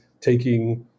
taking